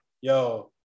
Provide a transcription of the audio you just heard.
yo